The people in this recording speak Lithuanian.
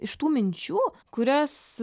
iš tų minčių kurias